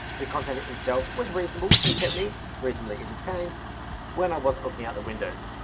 the content itself was reasonable and kept me reasonably entertained when i wasn't looking out the windows